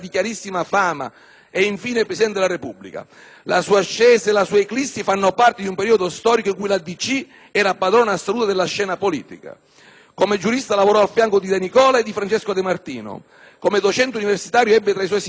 e, infine, Presidente della Repubblica. La sua ascesa e la sua eclissi fanno parte di un periodo storico in cui la Democrazia Cristiana era padrona assoluta della scena politica. Come giurista lavorò a fianco di De Nicola e di Francesco De Martino; come docente universitario ebbe tra i suoi assistenti Aldo Moro.